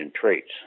traits